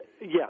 Yes